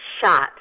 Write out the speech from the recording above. shot